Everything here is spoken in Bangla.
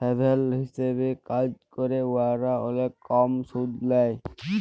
হ্যাভেল হিসাবে কাজ ক্যরে উয়ারা অলেক কম সুদ লেই